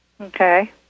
Okay